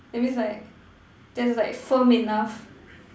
that means like thats like firm enough